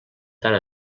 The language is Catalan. tant